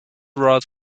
wrote